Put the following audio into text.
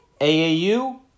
AAU